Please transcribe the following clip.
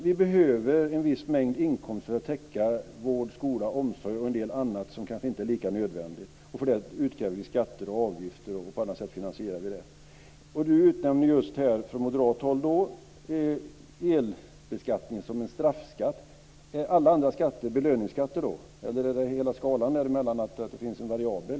Vi behöver en viss inkomst för att täcka vård, skola och omsorg och en del annat som kanske inte är lika nödvändigt. För att finansiera detta utkrävs skatter och avgifter. Nu utnämns elbeskattningen som en straffskatt av moderaterna. Är då alla andra skatter belöningsskatter eller finns det en variabel?